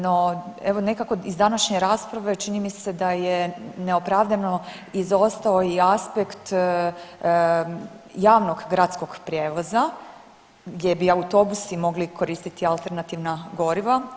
No, evo nekako iz današnje rasprave čini mi se da je neopravdano izostao i aspekt javnog gradskog prijevoza gdje bi autobusi mogli koristiti alternativna goriva.